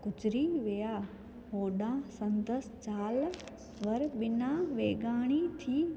गुज़री विया होॾा संदसि ज़ाल वर बिना वेगाणी थी